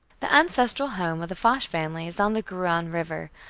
the ancestral home of the foch family is on the garonne river,